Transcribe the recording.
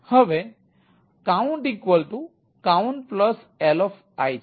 હવે countcount li છે